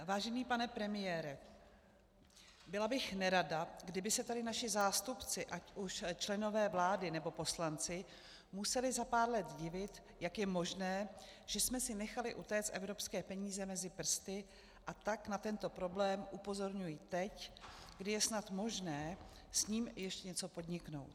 Vážený pane premiére, byla bych nerada, kdyby se tady naši nástupci, ať už členové vlády, nebo poslanci, museli za pár let divit, jak je možné, že jsme si nechali utéci evropské peníze mezi prsty, a tak na tento problém upozorňuji teď, kdy je snad možné s tím ještě něco podniknout.